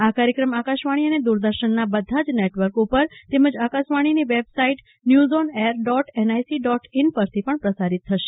આ કાર્યક્રમ આકાશવાણી અને દુરદર્શનના બધા જ નેટવર્ક ઉપર તેમજ આકાશવાણીની website news on air dot NIC dot in પરથી પણ પ્રસારીત થશે